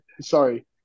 sorry